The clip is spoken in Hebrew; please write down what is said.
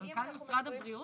מנכ"ל משרד הבריאות?